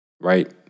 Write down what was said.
right